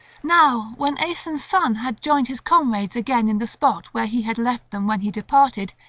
now when aeson's son had joined his comrades again in the spot where he had left them when he departed,